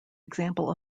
example